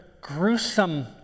gruesome